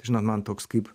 žinot man toks kaip